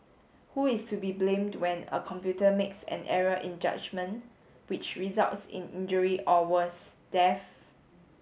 who is to be blamed when a computer makes an error in judgement which results in injury or worse death